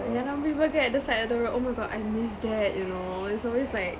yeah Ramly burger at the side of the road oh my god I miss that you know it's always like